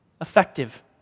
effective